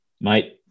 Mate